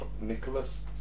Nicholas